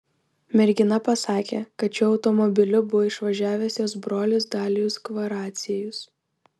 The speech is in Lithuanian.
mergina pasakė kad šiuo automobiliu buvo išvažiavęs jos brolis dalijus kvaraciejus